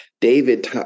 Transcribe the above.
David